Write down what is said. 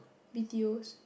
B_T_Os